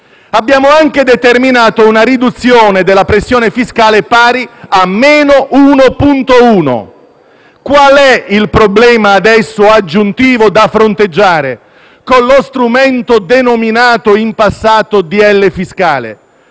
Abbiamo anche determinato una riduzione della pressione fiscale pari a - 1,1 per cento. Qual è il problema aggiuntivo da fronteggiare con lo strumento denominato in passato decreto-legge